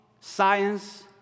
science